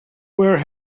where